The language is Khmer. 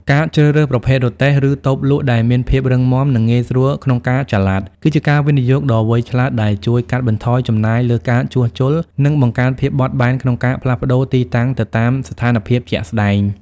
ការជ្រើសរើសប្រភេទរទេះ ឬតូបលក់ដែលមានភាពរឹងមាំ និងងាយស្រួលក្នុងការចល័ត គឺជាការវិនិយោគដ៏វៃឆ្លាតដែលជួយកាត់បន្ថយចំណាយលើការជួសជុល និងបង្កើនភាពបត់បែនក្នុងការផ្លាស់ប្តូរទីតាំងទៅតាមស្ថានភាពជាក់ស្ដែង។